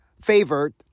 favored